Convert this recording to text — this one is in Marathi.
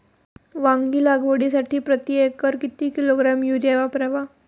वांगी लागवडीसाठी प्रती एकर किती किलोग्रॅम युरिया वापरावा?